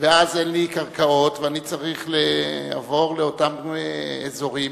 ואז אין לי קרקעות ואני צריך לעבור לאותם אזורים